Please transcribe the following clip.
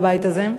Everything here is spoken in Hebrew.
בבית הזה,